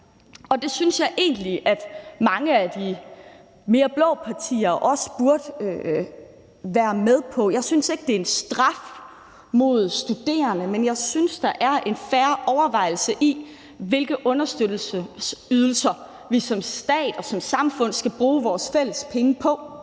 og det synes jeg egentlig også at mange af de mere blå partier burde være med på. Jeg synes ikke, det er en straf mod de studerende, men jeg synes, der er en fair overvejelse i, hvilke understøttelsesydelser vi som stat og som samfund skal bruge vores fælles penge på.